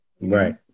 Right